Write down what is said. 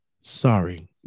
sorry